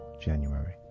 January